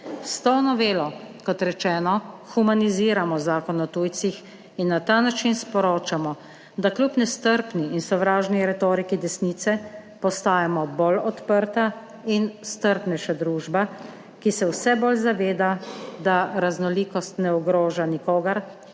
S to novelo, kot rečeno, humaniziramo Zakon o tujcih in na ta način sporočamo, da kljub nestrpni in sovražni retoriki desnice postajamo bolj odprta in strpnejša družba, ki se vse bolj zaveda, da raznolikost ne ogroža nikogar,